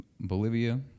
Bolivia